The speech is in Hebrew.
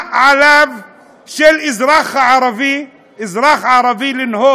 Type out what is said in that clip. מה על אזרח ערבי לעשות?